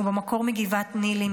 הוא במקור מגבעת ניל"י,